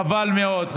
חבל מאוד,